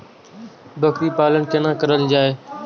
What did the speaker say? बकरी पालन केना कर जाय?